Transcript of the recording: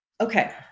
Okay